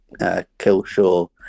Killshaw